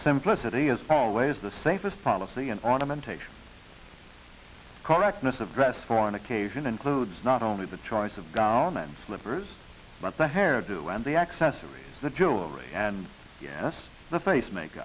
simplicity is always the safest policy and ornamentation correctness of dress for an occasion includes not only the choice of gown and slippers but the hairdo and the accessories the jewelry and yes the face make